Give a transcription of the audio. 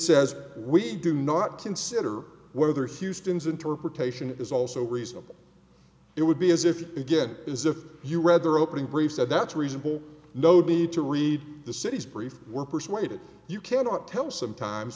says we do not consider whether houston's interpretation is also reasonable it would be as if you again is if you read their opening brief said that's reasonable nobody need to read the city's brief were persuaded you cannot tell sometimes